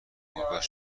محبت